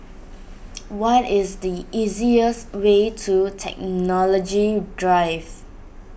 what is the easiest way to Technology Drive